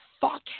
fuck